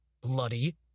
bloody